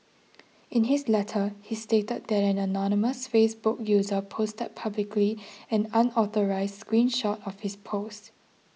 in his letter he stated that an anonymous Facebook user posted publicly an unauthorised screen shot of his post